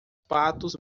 patos